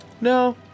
No